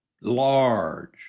large